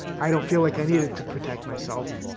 i don't feel like i need it to protect myself.